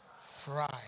fry